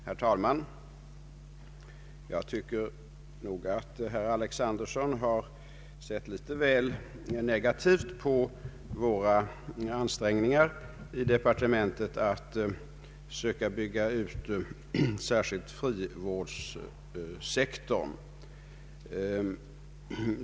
Herr talman! Jag tycker nog att herr Alexanderson har sett litet väl negativt på våra ansträngningar i departementet att söka bygga ut särskilt frivårdssektorn.